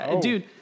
Dude